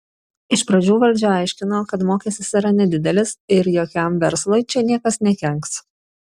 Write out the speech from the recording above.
iš pradžių valdžia aiškino kad mokestis yra nedidelis ir jokiam verslui čia niekas nekenks